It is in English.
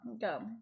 Go